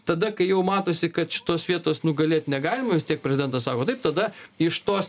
tada kai jau matosi kad šitos vietos nugalėt negalima vis tiek prezidentas sako taip tada iš tos